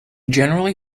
generally